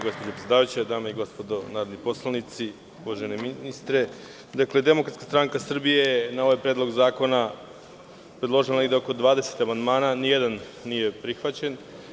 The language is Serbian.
Gospođo predsedavajuća, dame i gospodo narodni poslanici, uvaženi ministre, Demokratska stranka Srbije je na ovaj predlog zakona predložila negde oko 20 amandmana, a nijedan nije prihvaćen.